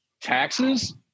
taxes